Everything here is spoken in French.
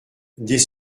des